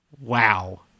Wow